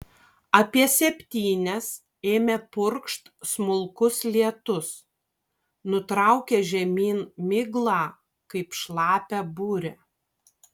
apie septynias ėmė purkšt smulkus lietus nutraukė žemyn miglą kaip šlapią burę